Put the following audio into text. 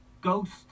Ghost